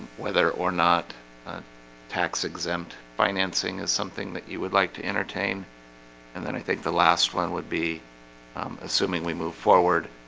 whether or not tax-exempt financing is something that you would like to entertain and then i think the last one would be assuming we move forward.